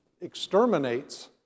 exterminates